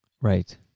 Right